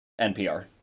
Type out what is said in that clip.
NPR